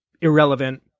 irrelevant